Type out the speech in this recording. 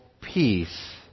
peace